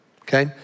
Okay